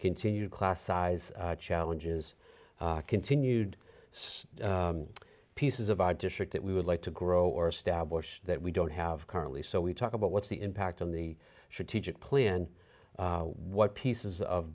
continue class size challenges continued pieces of our district that we would like to grow or establish that we don't have currently so we talk about what's the impact on the should teach it plan what pieces of